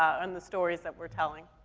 ah, and the stories that we're telling.